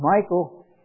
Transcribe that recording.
Michael